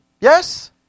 Yes